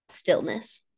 stillness